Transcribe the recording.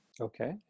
Okay